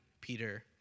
Peter